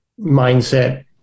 mindset